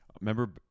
Remember